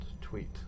tweet